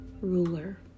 ruler